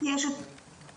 יש את המשפחה,